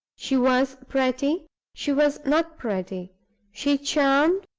she was pretty she was not pretty she charmed,